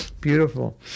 Beautiful